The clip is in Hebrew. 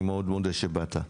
אני מאוד מודה לך שהגעת.